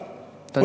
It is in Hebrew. תודה.